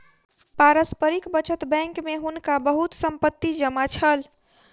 पारस्परिक बचत बैंक में हुनका बहुत संपत्ति जमा छल